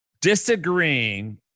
disagreeing